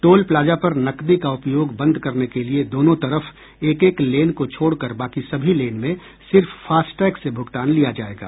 toll plaza पर नकदी का उपयोग बंद करने के लिए दोनों तरफ एक एक लेन को छोड़कर बाकी सभी लेन में सिर्फ फास्टैग से भुगतान लिया जाएगा